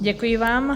Děkuji vám.